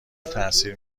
تاثیر